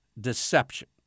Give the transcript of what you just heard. deception